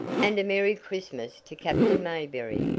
and a merry christmas to captain mayberry!